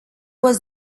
was